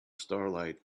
starlight